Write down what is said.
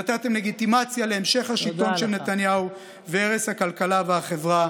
נתתם לגיטימציה להמשך השלטון של נתניהו ולהרס הכלכלה והחברה.